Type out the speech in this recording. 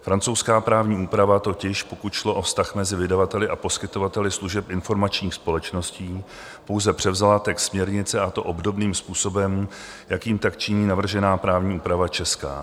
Francouzská právní úprava totiž, pokud šlo o vztah mezi vydavateli a poskytovateli služeb informačních společností, pouze převzala text směrnice, a to obdobným způsobem, jakým činí navržená právní úprava česká.